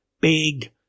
big